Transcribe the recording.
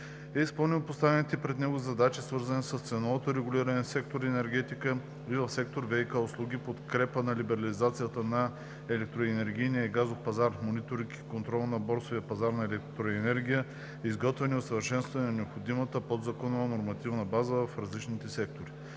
изпълнил поставените пред него задачи, свързани с ценовото регулиране в сектор „Енергетика“ и в сектор „ВиК услуги“, подкрепа на либерализацията на електроенергийния и газов пазар, мониторинг и контрол на борсовия пазар на електроенергия, изготвяне и усъвършенстване на необходимата подзаконова нормативна база в различните сектори.